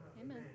Amen